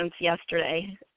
yesterday